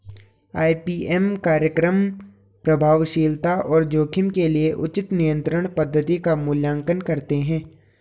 IPM कार्यक्रम प्रभावशीलता और जोखिम के लिए उचित नियंत्रण पद्धति का मूल्यांकन करते हैं